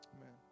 Amen